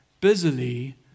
busily